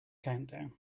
countdown